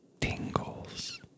tingles